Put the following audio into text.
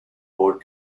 board